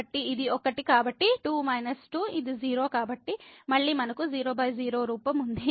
కాబట్టి ఇది 1 కాబట్టి 2 − 2 ఇది 0 కాబట్టి మళ్ళీ మనకు 00 రూపం ఉంది